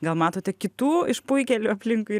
gal matote kitų išpuikėlių aplinkui